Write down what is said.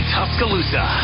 Tuscaloosa